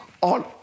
on